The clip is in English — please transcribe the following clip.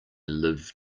live